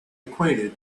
acquainted